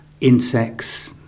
insects